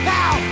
Now